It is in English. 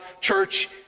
church